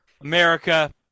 America